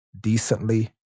decently